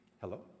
Hello